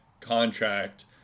contract